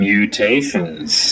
Mutations